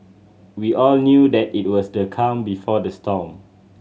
we all knew that it was the calm before the storm